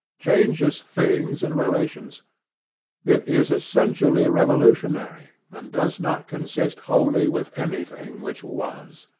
changes things and relations it is essentially revolutionary, and does not consist wholly with anything which was.